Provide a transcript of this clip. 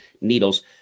needles